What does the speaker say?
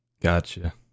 Gotcha